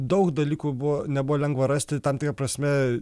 daug dalykų buvo nebuvo lengva rasti tam tikra prasme